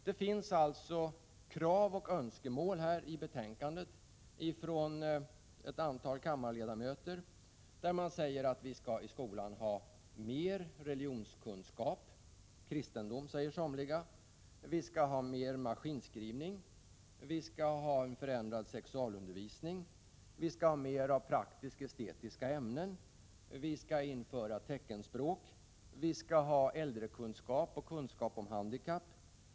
Det har framförts krav och önskemål av ett antal kammarledamöter, som vill att vi i skolan skall ha mer religionskunskap — kristendom, säger somliga. Vi skall ha mer maskinskrivning, och vi skall ha en förändrad sexualundervisning. Vi skall ha mera av praktisk-estetiska ämnen, och vi skall införa teckenspråk, äldrekunskap och kunskap om handikappade.